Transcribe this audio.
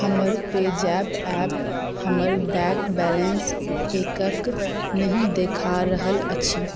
हमर PayZapp app हमर bank balance एक नहि देखा रहल अछि